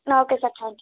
ಹಾಂ okay sir thank you